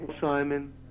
Simon